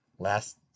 Last